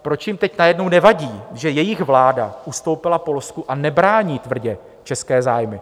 Proč jim teď najednou nevadí, že jejich vláda ustoupila Polsku a nebrání tvrdě české zájmy?